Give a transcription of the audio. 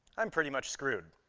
i'm pretty much screwed.